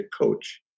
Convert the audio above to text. coach